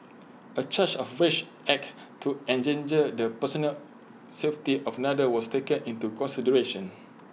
A charge of rash act to endanger the personal safety of another was taken into consideration